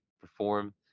perform